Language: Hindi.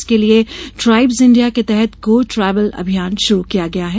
इसके लिए ट्राईब्स इंडिया के तहत गो ट्राईबल अभियान शुरू किया गया है